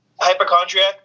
Hypochondriac